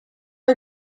are